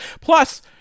plus